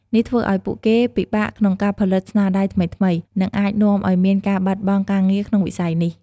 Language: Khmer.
នេះធ្វើឱ្យពួកគេពិបាកក្នុងការផលិតស្នាដៃថ្មីៗ និងអាចនាំឱ្យមានការបាត់បង់ការងារក្នុងវិស័យនេះ។